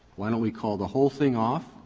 why don't we call the whole thing off?